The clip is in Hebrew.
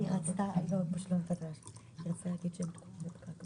משורת הדין להגיד מה שבא לך,